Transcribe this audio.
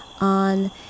on